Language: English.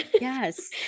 Yes